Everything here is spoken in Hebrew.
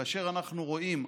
כשאנחנו רואים,